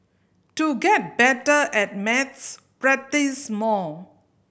to get better at maths practise more